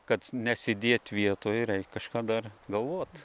kad nesėdėt vietoj reik kažką dar galvot